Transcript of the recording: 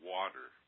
water